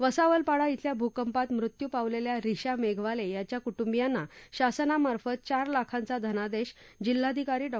वसावलपाडा श्विल्या भूकंपात मृत्यू पावलेल्या रिश्या मेघवाले यांच्या कुटुंबियांना शासनामार्फत चार लाखांचा धनादेश जिल्हाधिकारी डॉ